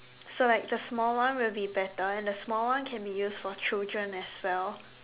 so like the small one will be better and the small one can be used for children as well